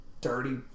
dirty